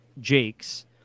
Jake's